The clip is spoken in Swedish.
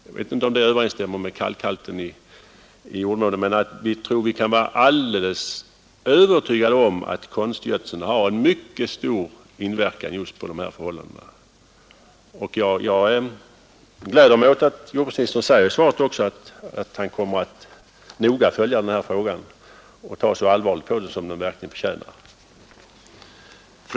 Jag vet inte om detta överensstämmer med kalkhalten i jorden, men jag tror att vi kan vara alldeles övertygade om att konstgödseln har en mycket stor inverkan just på dessa förhållanden. Jag gläder mig åt att jordbruksministern i svaret säger att han kommer att noga följa denna fråga och ta så allvarligt på den som den verkligen förtjänar.